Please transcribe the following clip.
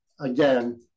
again